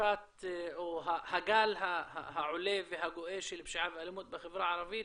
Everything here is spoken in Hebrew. מגפת או הגל העולה והגואה של פשיעה ואלימות בחברה הערבית